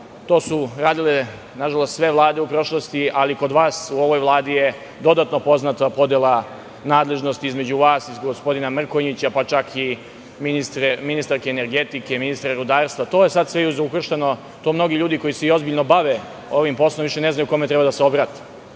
To su radile, nažalost, sve vlade u prošlosti, ali kod vas u ovoj Vladi je dodatno poznata podela nadležnosti između vas i gospodina Mrkonjića, pa čak i ministarke energetike i rudarstva. To je sve sad izukrštano i mnogi ljudi koji se ozbiljno bave ovim poslom više ne znaju kome da se obrate. Vi